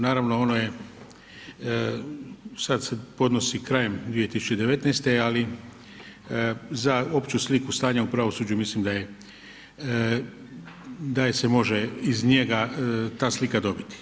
Naravno ono sad se podnosi krajem 2019. ali za opću sliku stanja u pravosuđu, mislim da se može iz njega ta slika dobiti.